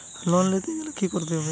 Loan নিতে গেলে কি করতে হবে?